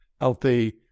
healthy